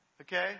okay